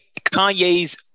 Kanye's